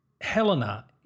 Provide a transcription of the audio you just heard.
Helena